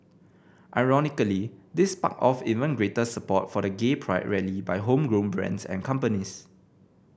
ironically this sparked off even greater support for the gay pride rally by homegrown brands and companies